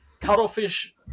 cuttlefish